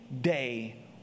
day